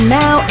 now